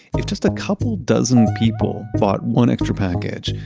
if just a couple dozen people bought one extra package,